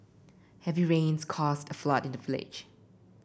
heavy rains caused a flood in the village